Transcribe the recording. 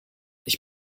ich